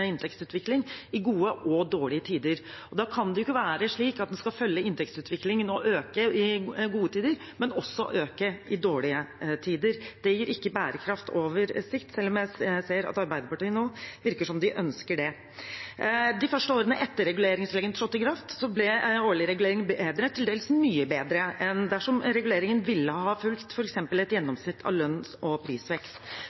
inntektsutvikling i gode og dårlige tider. Da kan det jo ikke være slik at en skal følge inntektsutviklingen og øke i gode tider, men også øke i dårlige tider. Det gir ikke bærekraft på sikt, selv om det nå virker som om Arbeiderpartiet ønsker det. De første årene etter at reguleringsreglene trådte i kraft, ble den årlige reguleringen bedre, til dels mye bedre enn dersom reguleringen ville ha fulgt f.eks. et